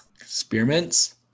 Experiments